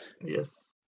Yes